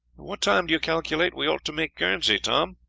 what time do you calculate we ought to make guernsey, tom?